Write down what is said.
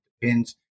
depends